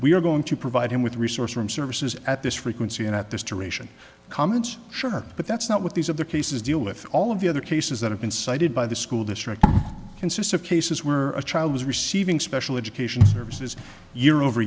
are going to provide him with resource room services at this frequency and at this to ration comments sure but that's not what these of the cases deal with all of the other cases that have been cited by the school district consists of cases were a child was receiving special education services year over